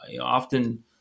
often